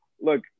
look